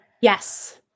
Yes